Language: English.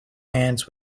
hands